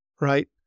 right